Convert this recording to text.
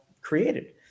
created